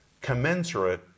commensurate